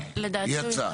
יצא.